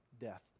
death